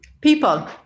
People